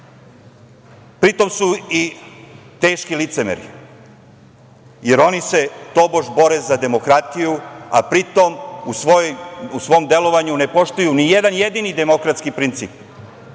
su i teški licemeri, jer oni se tobož bore za demokratiju, a pritom u svom delovanju ne poštuju ni jedan jedini demokratski princip.